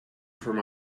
from